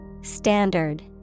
Standard